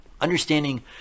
Understanding